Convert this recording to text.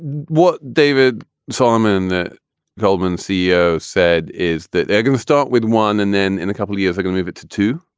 what david solomon, the goldman ceo, said is that they're going to start with one and then in a couple of years they can move it to two,